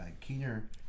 keener